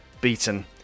beaten